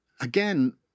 Again